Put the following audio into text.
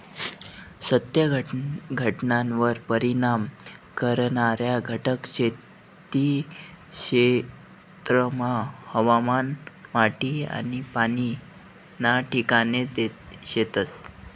सत्य घटनावर परिणाम करणारा घटक खेती क्षेत्रमा हवामान, माटी आनी पाणी ना ठिकाणे शेतस